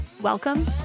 Welcome